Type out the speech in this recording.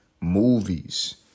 movies